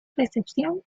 recepción